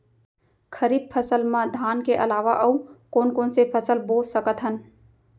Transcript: खरीफ फसल मा धान के अलावा अऊ कोन कोन से फसल बो सकत हन?